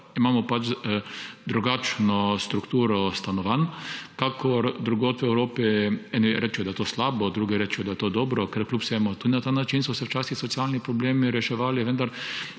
imamo pač drugačno strukturo stanovanj kakor drugod po Evropi. Eni rečejo, da je to slabo, drugi rečejo, da je to dobro. Kljub vsemu so se tudi na ta način včasih socialni problemi reševali, vendar